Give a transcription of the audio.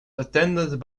attended